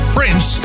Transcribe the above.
Prince